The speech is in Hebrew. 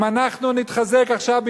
אם אנחנו נתחזק עכשיו,